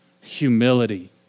Humility